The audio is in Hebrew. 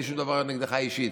אין לי שום דבר נגדך אישית,